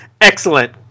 Excellent